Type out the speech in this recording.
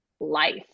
life